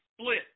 split